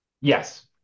Yes